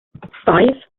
five